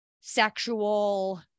sexual